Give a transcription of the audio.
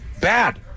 bad